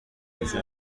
اینجا